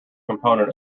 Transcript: component